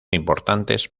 importantes